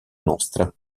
nostra